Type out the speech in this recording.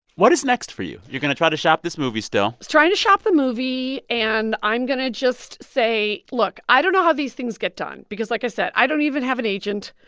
what is next for you? you're going to try to shop this movie still try to shop the movie. and i'm going to just say, look i don't know how these things get done because, like i said, i don't even have an agent.